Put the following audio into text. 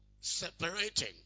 Separating